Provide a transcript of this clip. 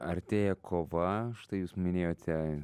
artėja kova štai jūs minėjote